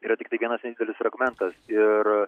yra tik vienas nedidelis fragmentas ir